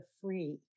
free